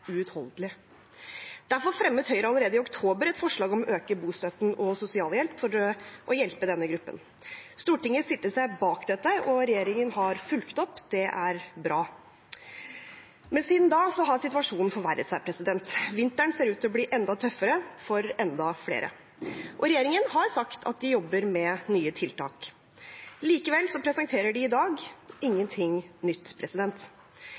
fremmet Høyre allerede i oktober et forslag om å øke bostøtten og sosialhjelp for å hjelpe denne gruppen. Stortinget stilte seg bak dette, og regjeringen har fulgt opp. Det er bra. Men siden da har situasjonen forverret seg. Vinteren ser ut til å bli enda tøffere for enda flere. Regjeringen har sagt at de jobber med nye tiltak, likevel presenterer de i dag ingenting nytt.